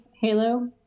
halo